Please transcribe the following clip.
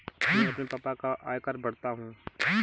मैं अपने पापा का आयकर भरता हूं